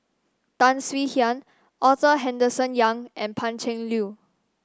Tan Swie Hian Arthur Henderson Young and Pan Cheng Lui